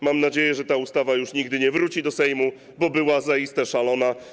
Mam nadzieję, że ta ustawa już nigdy nie wróci do Sejmu, bo była zaiste szalona.